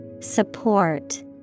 Support